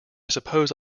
suppose